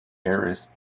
heiress